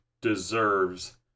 deserves